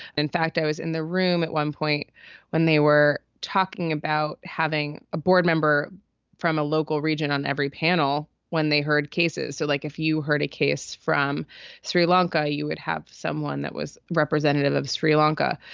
in fact, i was in the room at one point when they were talking about having a board member from a local region on every panel when they heard cases. so like if you heard a case from sri lanka, you would have someone that was representative of sri lanka.